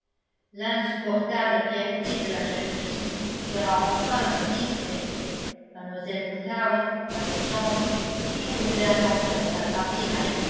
l'insupportable fierté de la jeune fille sera enfin satisfaite mlle woodhouse avait sans doute toujours eu l'intention d'attraper